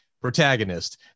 protagonist